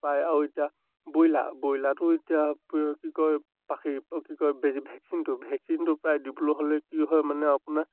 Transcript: প্ৰায় আৰু এতিয়া ব্ৰইলাৰ ব্ৰইলাৰটো এতিয়া কি কয় পাখি অ' কি কয় বেছি ভেকচিনটো ভেকচিনটো প্ৰায় দিবলৈ হ'লে কি হয় মানে আপোনাৰ